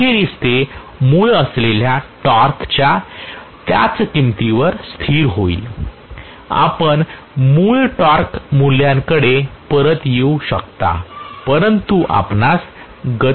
अखेरीस ते मूळ असलेल्या टॉर्कच्या त्याच किंमतीवर स्थिर होईल आपण मूळ टॉर्क मूल्याकडे परत येऊ शकता परंतु आपणास गती कमी झाल्याचे दिसेल